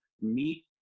meet